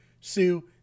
Sue